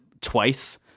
twice